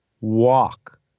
walk